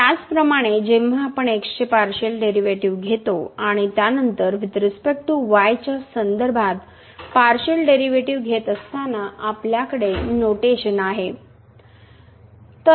त्याचप्रमाणे जेव्हा आपण x चे पार्शिअल डेरिव्हेटिव्ह घेतो आणि त्यानंतर वुईथ रिस्पेक्ट टू y च्या संदर्भात पार्शिअल डेरिव्हेटिव्ह घेत असताना आपल्याकडे नोटेशन आहे